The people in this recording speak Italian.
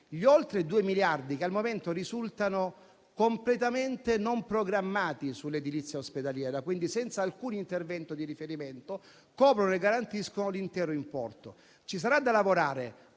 gli oltre 2 miliardi che al momento risultano completamente non programmati sull'edilizia ospedaliera - quindi senza alcun intervento di riferimento - coprono e garantiscono l'intero importo. Ci sarà da lavorare